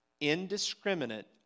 indiscriminate